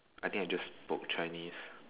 I think I just spoke chinese